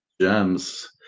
gems